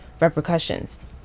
repercussions